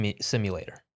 simulator